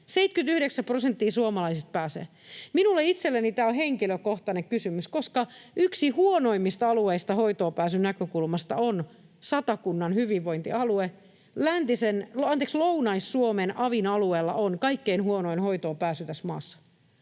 79 prosenttia suomalaisista pääsee. Minulle itselleni tämä on henkilökohtainen kysymys, koska yksi huonoimmista alueista hoitoonpääsyn näkökulmasta on Satakunnan hyvinvointialue. Lounais-Suomen avin alueella on kaikkein huonoin hoitoonpääsy tässä maassa.